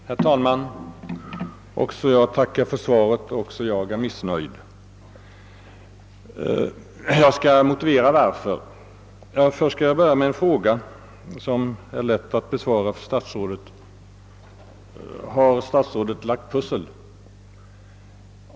Herr talman! Också jag tackar för svaret, också jag är missnöjd. Jag skall motivera varför. Först skall jag börja med en fråga som är lätt att besvara för statsrådet: Har statsrådet lagt pussel?